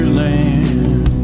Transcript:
land